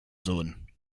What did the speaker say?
sohn